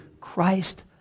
Christ